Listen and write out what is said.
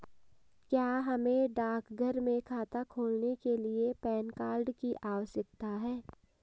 क्या हमें डाकघर में खाता खोलने के लिए पैन कार्ड की आवश्यकता है?